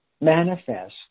manifest